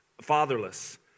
fatherless